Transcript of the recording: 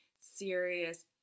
serious